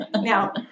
Now